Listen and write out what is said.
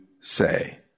say